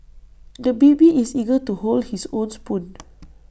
the baby is eager to hold his own spoon